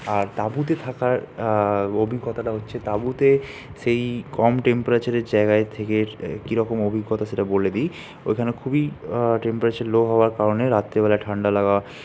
আর তাঁবুতে থাকার অভিজ্ঞতাটা হচ্ছে তাঁবুতে সেই কম টেম্পারেচারের জায়গায় থেকে কীরকম অভিজ্ঞতা সেটা বলে দিই ওইখানে খুবই টেম্পারেচার লো হওয়ার কারণে রাত্রেবেলা ঠান্ডা লাগা